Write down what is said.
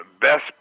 best